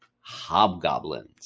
Hobgoblins